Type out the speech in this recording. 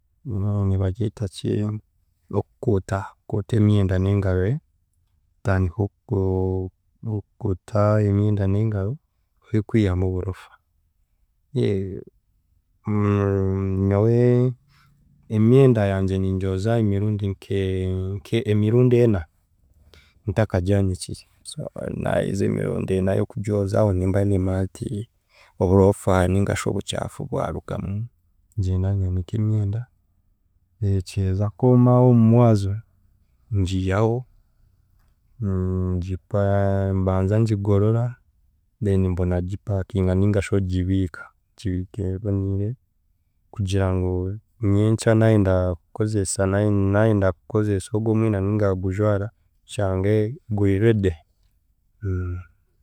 Nibagyeta ki okukuuta, kukuuta emyenda n'engaro, otandike oku- kukuuta emyenda n'engaro orikwihamu oburofa, nyowe emyenda yangye ningyoza emirundi nke- nk’emirundi ena ntakagyanikire so naahisa emirundi ena y’okugyoza aho nimba niimanya nti oburofa ningashi obukyafu bwarugamu ngyenda nyanika emyenda, ekiheza kwoma aho omu mwazo ngiihaho, ngipa mbanza ngigorora then mbona kugipakinga nigaashi ogibiika, ogibiika eboniire kugira ngu nyenkya naayenda kukozesa naayenda kukozesa ogwo omwenda niga kugujwara, nshange guri ready.